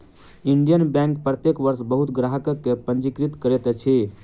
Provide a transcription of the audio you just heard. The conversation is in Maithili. इंडियन बैंक प्रत्येक वर्ष बहुत ग्राहक के पंजीकृत करैत अछि